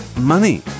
Money